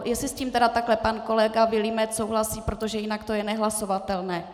Jestli s tím takhle pan kolega Vilímec souhlasí, protože jinak to je nehlasovatelné.